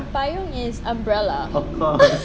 payung is umbrella